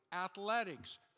Athletics